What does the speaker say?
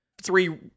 three